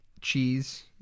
cheese